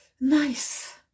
nice